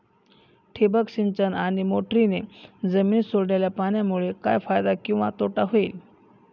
ठिबक सिंचन आणि मोटरीने जमिनीत सोडलेल्या पाण्यामुळे काय फायदा किंवा तोटा होईल?